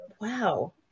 Wow